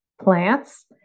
plants